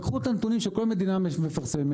לקחו את הנתונים שכל מדינה מפרסמת